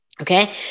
Okay